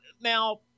now